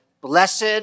blessed